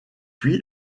puis